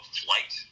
flight